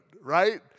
right